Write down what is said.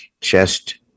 chest